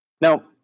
Now